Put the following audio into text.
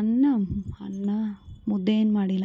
ಅನ್ನ ಅನ್ನ ಮುದ್ದೆ ಏನು ಮಾಡಿಲ್ಲ